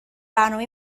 برنامه